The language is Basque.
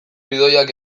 idoiak